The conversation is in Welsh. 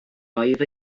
oedd